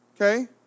okay